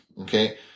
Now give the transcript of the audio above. Okay